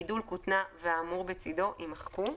הגידול "כותנה" והאמור בצידו, יימחקו.